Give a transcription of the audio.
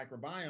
microbiome